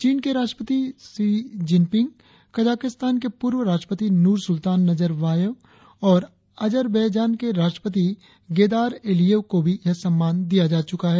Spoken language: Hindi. चीन के राष्ट्रपति शी जिन पिंग कजाकिस्तान के पूर्व राष्ट्रपति नूर सुल्तान नजर बायेव और अजरबेजान के राष्ट्रपति गेदार ऐलिएव को भी यह सम्मान दिया जा चुका है